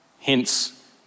hence